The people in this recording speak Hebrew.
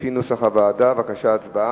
סעיף 18, כהצעת הוועדה, נתקבל.